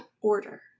order